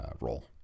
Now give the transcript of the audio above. role